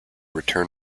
return